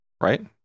right